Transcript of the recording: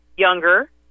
younger